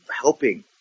helping